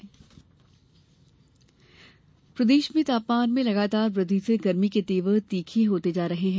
मौसम प्रदेश में तापमान में लगातार वृद्धि से गरमी के तेवर लगातार तीखे होते जा रहे हैं